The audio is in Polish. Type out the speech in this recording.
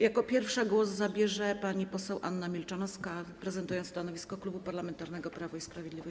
Jako pierwsza głos zabierze pani poseł Anna Milczanowska, prezentując stanowisko Klubu Parlamentarnego Prawo i Sprawiedliwość.